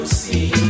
see